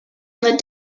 from